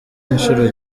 inshuro